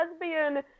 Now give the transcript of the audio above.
lesbian